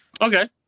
Okay